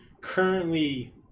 currently